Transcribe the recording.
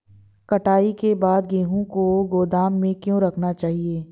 कटाई के बाद गेहूँ को गोदाम में क्यो रखना चाहिए?